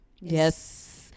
Yes